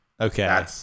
Okay